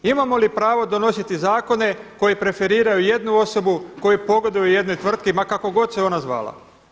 Imamo li pravo donositi zakone koji preferiraju jednu osobu, koji pogoduju jednoj tvrtki ma kako god se ona zvala?